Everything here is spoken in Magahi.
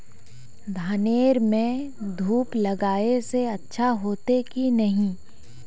धानेर में धूप लगाए से अच्छा होते की नहीं?